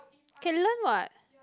can learn what